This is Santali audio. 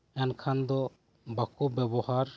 ᱮᱱᱠᱷᱟᱱ ᱫᱚ ᱵᱟᱠᱚ ᱵᱮᱵᱚᱦᱟᱨ